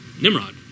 Nimrod